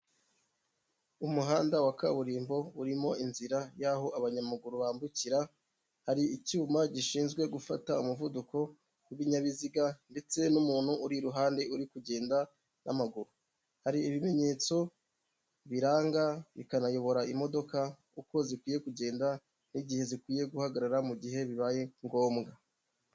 Umuhanda wa kaburimbo urimo inzira y'aho abanyamaguru bambukira, hari icyuma gishinzwe gufata umuvuduko w'ibinyabiziga ndetse n'umuntu uri iruhande, uri kugenda n'amaguru. Hari ibimenyetso biranga, bikanayobora imodoka uko zikwiye kugenda n'igihe zikwiye guhagarara mu gihe bibaye ngombwa.